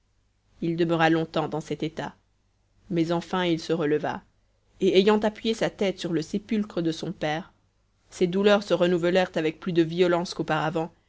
il demeura longtemps dans cet état mais enfin il se releva et ayant appuyé sa tête sur le sépulcre de son père ses douleurs se renouvelèrent avec plus de violence qu'auparavant